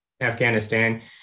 Afghanistan